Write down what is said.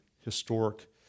historic